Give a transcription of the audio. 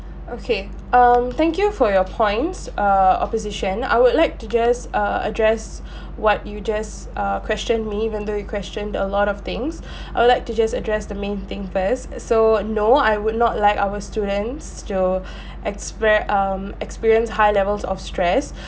okay um thank you for your points err opposition I would like to just uh address what you just uh questioned me even though you questioned a lot of things I would like to just address the main thing first so no I would not like our students to expre~ um experience high levels of stress